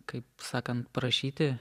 kaip sakant prašyti